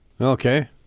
Okay